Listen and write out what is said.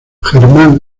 germán